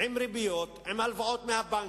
עם ריביות, עם הלוואות מהבנקים,